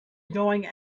going